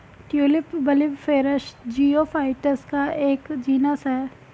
tulip bulbiferous geophytes का एक genus है